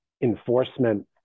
enforcement